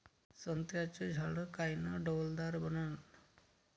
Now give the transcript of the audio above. संत्र्याचं झाड कायनं डौलदार बनन?